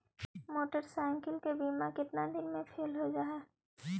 Motorcycle के बिमा केतना दिन मे फेल हो जा है?